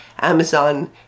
Amazon